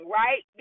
right